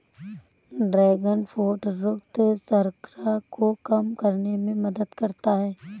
dragon fruit रक्त शर्करा को कम करने में मदद करता है